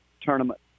tournament